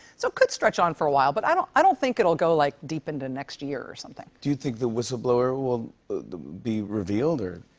so it could stretch on for a while, but i don't i don't think it will go, like, deep into next year or something. do you think the whistleblower will be revealed or?